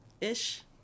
Ish